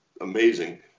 amazing